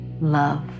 Love